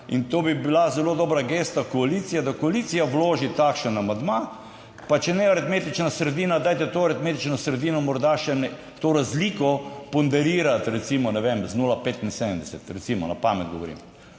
in to bi bila zelo dobra gesta koalicije, da koalicija vloži takšen amandma, pa če ne ardmetična sredina, dajte to aritmetično sredino morda še to razliko, ponderirati, recimo, ne vem, z 0,75(?), recimo na pamet govorim,